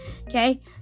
Okay